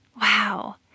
Wow